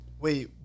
Wait